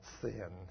sin